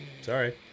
Sorry